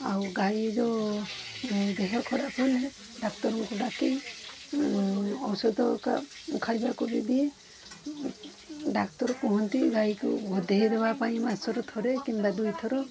ଆଉ ଗାଈର ଦେହ ଖରାପ ହେଲେ ଡ଼ାକ୍ତରକୁ ଡ଼ାକେ ଔଷଦ ଏକା ଖାଇବାକୁ ବି ଦିଏ ଡ଼ାକ୍ତର କୁହନ୍ତି ଗାଈକୁ ଗାଧେଇଦବା ପାଇଁ ମାସରେ ଥରେ କିମ୍ବା ଦୁଇ ଥର